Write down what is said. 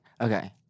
Okay